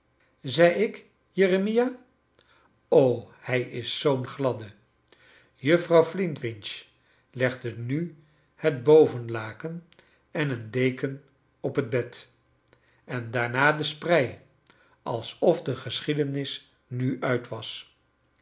zei ik jeremia o hij is zoo'n gladde juffrouw flintwinch legde nu het bovenlaken en een deken op het bed en daarna de sprei alsof de geschiedenis nu uit was